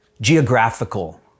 geographical